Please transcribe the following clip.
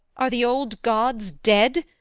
are the old gods dead?